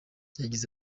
yagize